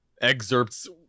excerpts